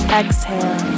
exhale